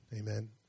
amen